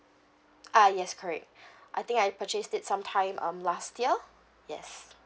ah yes correct I think I purchased it sometime um last year yes